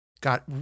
got